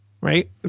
right